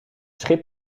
schip